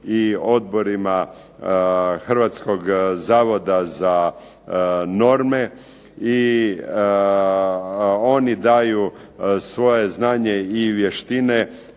i odborima Hrvatskog zavoda za norme, i oni daju svoje znanje i vještine